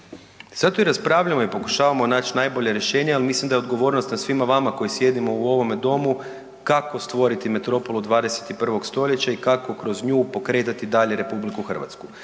Zato i raspravljamo i pokušavamo naći najbolje rješenje, ali mislim da je odgovornost na svima vama koji sjedimo u ovome Domu, kako stvoriti metropolu 21. st. i kako kroz nju pokretati dalje RH.